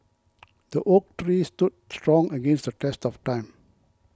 the oak tree stood strong against the test of time